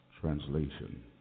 Translation